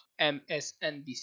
MSNBC